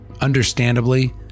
Understandably